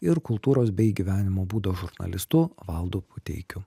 ir kultūros bei gyvenimo būdo žurnalistu valdu puteikiu